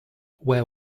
where